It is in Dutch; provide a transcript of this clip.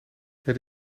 het